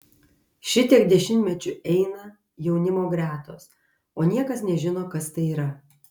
šitiek dešimtmečių eina jaunimo gretos o niekas nežino kas tai yra